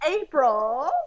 April